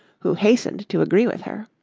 who hastened to agree with her.